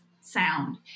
sound